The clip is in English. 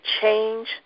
change